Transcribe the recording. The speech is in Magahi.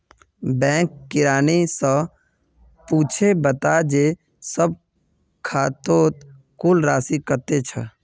बैंक किरानी स पूछे बता जे सब खातौत कुल राशि कत्ते छ